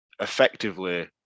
effectively